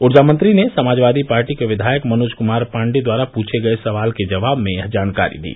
ऊर्जा मंत्री ने समाजवादी पार्टी के विधायक मनोज कुमार पाण्डेय द्वारा पूर्छे गये सवाल के जवाब में यह जानकारी दी